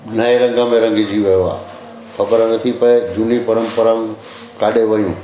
नए रंग में रंगिजी वियो आहे ख़बर न थी पए झूनी परंपराऊं काॾे वियूं